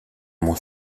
mon